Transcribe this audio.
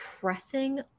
pressing